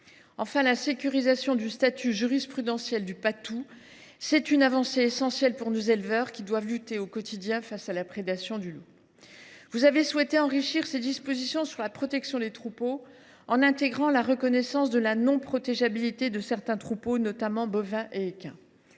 Enfin, la sécurisation du statut jurisprudentiel du patou est une avancée essentielle pour nos éleveurs, qui doivent lutter au quotidien face à la prédation du loup. Vous avez souhaité enrichir les dispositions sur la protection des troupeaux en y intégrant la reconnaissance de la non protégeabilité de certains troupeaux, notamment bovins et équins.